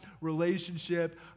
relationship